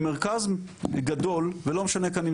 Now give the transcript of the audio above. במרכז גדול ולא משנה כאן,